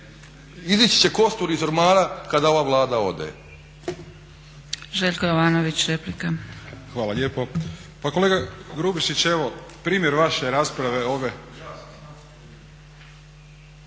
izići će kostur iz ormara kada ova Vlada ode.